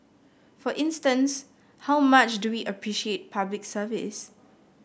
for instance how much do we appreciate Public Service